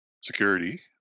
security